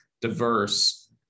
diverse